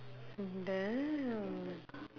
damn